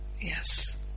yes